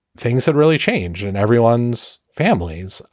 things had really changed and everyone's families.